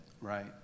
Right